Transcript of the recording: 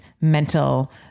mental